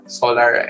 solar